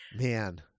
man